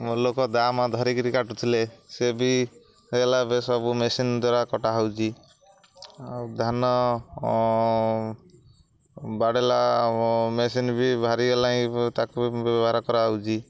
ଲୋକ ଦା ମା ଧରିକିରି କାଟୁଥିଲେ ସେ ବି ହୋଇଗଲା ବି ସବୁ ମେସିନ୍ ଦ୍ୱାରା କଟାହେଉଛି ଆଉ ଧାନ ବାଡ଼େଇଲା ମେସିନ୍ ବି ବାହାରିଗଲାଣି ତାକୁ ବି ବ୍ୟବହାର କରାହେଉଛି